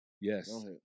Yes